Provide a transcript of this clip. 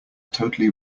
totally